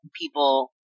people